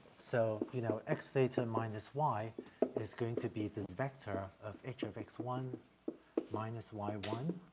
so, you know, x theta minus y is going to be this vector of h of x one minus y one